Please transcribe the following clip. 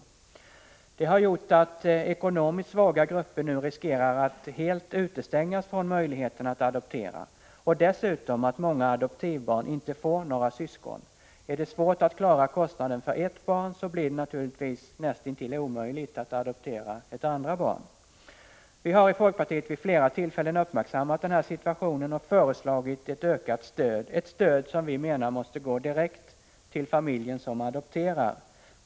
Det har gjort att ekonomiskt svaga grupper nu riskerar att helt utestängas från möjligheten att adoptera, och dessutom att många adoptivbarn inte får några syskon. Är det svårt att klara kostnaden för ett barn blir det naturligtvis näst intill omöjligt att adoptera ett andra barn. Vi har i folkpartiet vid flera tillfällen uppmärksammat den här situationen och föreslagit ett ökat stöd, ett stöd som vi menar måste gå direkt till familjen som adopterar.